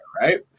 right